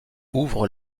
ouvre